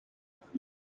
kagame